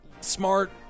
smart